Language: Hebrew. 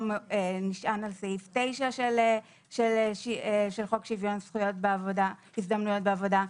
נשען על סעיף 9 של חוק שוויון הזדמנויות בעבודה.